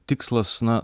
tikslas na